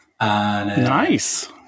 Nice